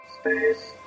Space